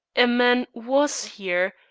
a man was here,